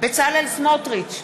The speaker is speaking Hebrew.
בצלאל סמוטריץ,